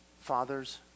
Fathers